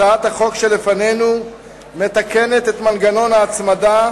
הצעת החוק שלפנינו מתקנת את מנגנון ההצמדה